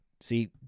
See